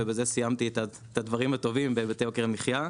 ובזה סיימתי את הדברים הטובים בהיבטי יוקר המחיה,